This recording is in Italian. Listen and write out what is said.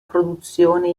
produzione